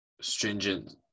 stringent